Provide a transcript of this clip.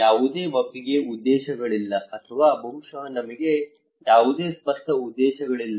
ಯಾವುದೇ ಒಪ್ಪಿಗೆ ಉದ್ದೇಶಗಳಿಲ್ಲ ಅಥವಾ ಬಹುಶಃ ನಮಗೆ ಯಾವುದೇ ಸ್ಪಷ್ಟ ಉದ್ದೇಶಗಳಿಲ್ಲ